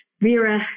Vera